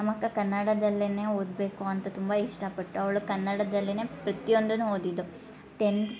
ನಮ್ಮ ಅಕ್ಕ ಕನ್ನಡದಲ್ಲೇ ಓದಬೇಕು ಅಂತ ತುಂಬ ಇಷ್ಟಪಟ್ಟು ಅವಳು ಕನ್ನಡದಲ್ಲೇ ಪ್ರತಿಯೊಂದೂ ಓದಿದ್ದು ಟೆನ್ತ್